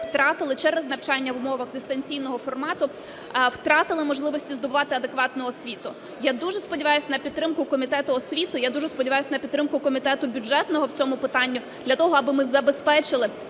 через навчання в умовах дистанційного формату, втратили можливості здобувати адекватну освіту. Я дуже сподіваюся на підтримку Комітету освіти, я дуже сподіваюся на підтримку Комітету бюджетного в цьому питанні для того, аби ми забезпечили